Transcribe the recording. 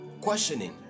questioning